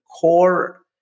core